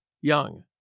Young